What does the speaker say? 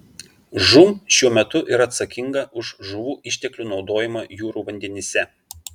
žūm šiuo metu yra atsakinga už žuvų išteklių naudojimą jūrų vandenyse